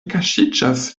kaŝiĝas